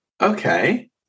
Okay